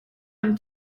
him